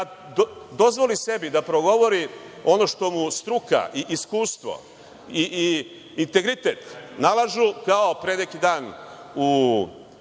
Dozvoli sebi da progovori ono što mu struka i iskustvo i integritet nalažu, kao pre neki dan u